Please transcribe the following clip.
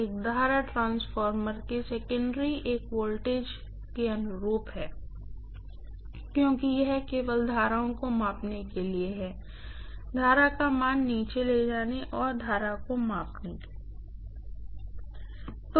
एक current transformer के secondary एक बड़े वोल्टेज के अनुरूप है क्योंकि यह केवल करंट ओं को मापने के लिए है करंट का मान नीचे ले जाने और करंट को मापने के लिए है